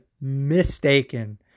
mistaken